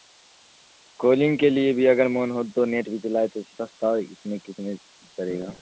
calling کے لیے بھی اگر من ہو تو نیٹ بھی چلائے تو سستا ہو اس میں کتنے کرے گا